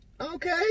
Okay